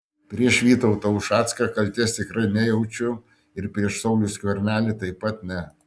prieš vygaudą ušacką kaltės tikrai nejaučiu ir prieš saulių skvernelį taip pat ne